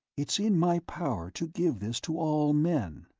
it's in my power to give this to all men.